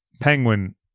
Penguin